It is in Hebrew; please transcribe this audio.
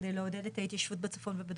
כדי לעודד את ההתיישבות בצפון ובדרום.